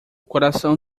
coração